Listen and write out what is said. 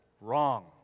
Wrong